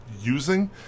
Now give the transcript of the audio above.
using